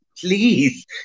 Please